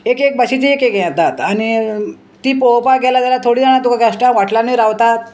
एक एक बाशेची एक एक हें येतात आनी ती पळोवपाक गेल्या जाल्यार थोडी जाणां तुका गेश्टां वॉटलानूय रावतात